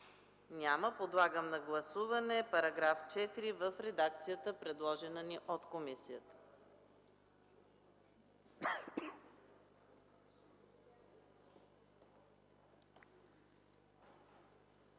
Няма. Подлагам на гласуване § 4 в редакцията, предложена ни от комисията.